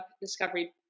discovery